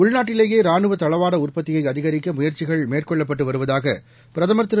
உள்நாட்டிலேயே ராணுவ தளவாட உற்பத்தியை அதிகரிக்க முயற்சிகள் மேற்கொள்ளப்பட்டு வருவதாக பிரதமர் திரு